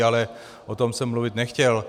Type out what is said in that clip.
Ale o tom jsem mluvit nechtěl.